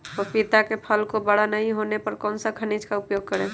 पपीता के फल को बड़ा नहीं होने पर कौन सा खनिज का उपयोग करें?